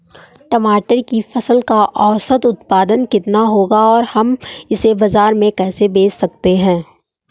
टमाटर की फसल का औसत उत्पादन कितना होगा और हम इसे बाजार में कैसे बेच सकते हैं?